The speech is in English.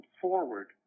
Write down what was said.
forward